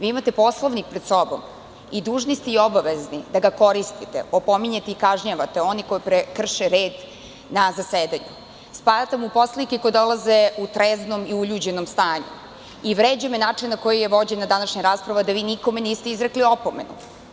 Vi imate Poslovnik pred sobom i dužni ste i obavezni da ga koristite, opominjete i kažnjavate one koji krše red na zasedanju, spajate u poslanike koji dolaze u treznom i uljuđenom stanju i vređa me način na koji je vođena današnja rasprava, a da vi nikome niste izrekli opomenu.